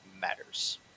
matters